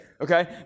okay